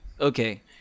Okay